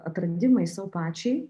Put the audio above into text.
atradimais sau pačiai